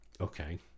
Okay